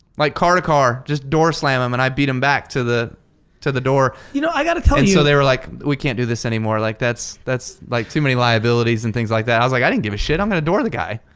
like car to car, just door slam him. and i beat him back to the to the door. you know i gotta tell you. and so they were like we can't do this anymore like that's, that's like too many liabilities and things like that. i was like i didn't give a shit, i'm gonna door the guy.